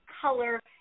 color